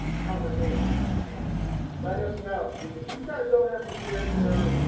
conversation and let us know because these guys don't have to share their,